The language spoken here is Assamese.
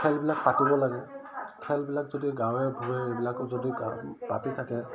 খেলবিলাক পাতিব লাগে খেলবিলাক যদি গাঁৱে ভূঁৱে এইবিলাকো যদি পাতি থাকে